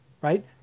right